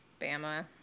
Bama